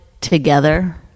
together